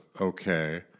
okay